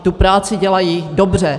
Tu práci dělají dobře.